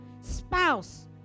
spouse